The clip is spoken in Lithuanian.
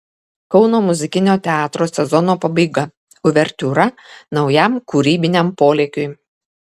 kauno muzikinio teatro sezono pabaiga uvertiūra naujam kūrybiniam polėkiui